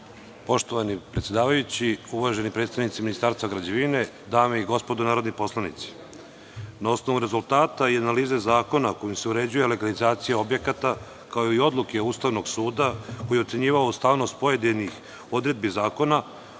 Poštovani predsedavajući, uvaženi predstavnici Ministarstva građevine, dame i gospodo narodni poslanici, na osnovu rezultata i analize zakona kojim se uređuje legalizacija objekata, kao i Odluke Ustavnog suda, koji je ocenjivao ustavnost pojedinih odredbi zakona,